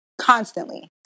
Constantly